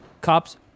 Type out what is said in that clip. Cops